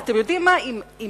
אתם יודעים מה, גם